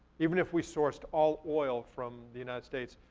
even if we sourced all oil from the united states,